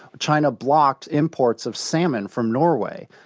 china blocked imports of salmon from norway.